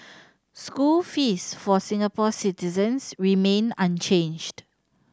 school fees for Singapore citizens remain unchanged